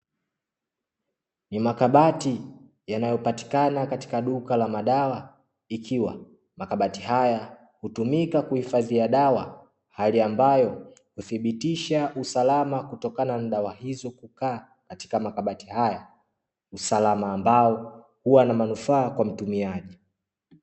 Ni makabati yanayopatikana katika duka la madawa, ikiwa makabati haya hutumika kuhifadhia dawa hali ambayo huthibitisha usalama kutokana na dawa hizo kukaa katika makabati haya, usalama ambao huwa na manufaa kwa mtumiaji.